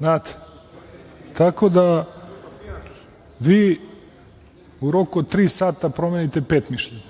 malo znači. Vi u roku od tri sata promenite pet mišljenja